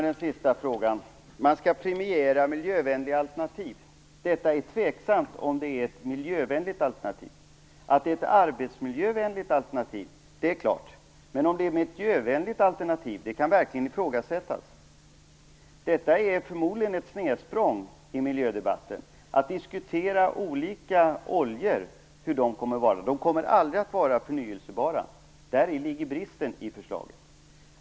Herr talman! Jag börjar med den sista frågan. Man skall premiera miljövänliga alternativ. Här är det tveksamt om det är ett miljövänligt alternativ. Att det är ett arbetsmiljövänligt alternativ är klart, men det kan verkligen ifrågasättas om det är ett miljövänligt alternativ. Att diskutera olika oljor är förmodligen ett snedsprång i miljödebatten. De kommer aldrig att vara förnybara. Däri ligger bristen i förslaget.